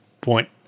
point